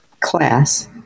class